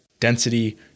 density